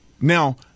Now